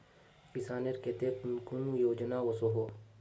किसानेर केते कुन कुन योजना ओसोहो?